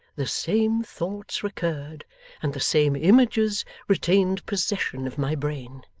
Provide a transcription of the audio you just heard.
the same thoughts recurred and the same images retained possession of my brain.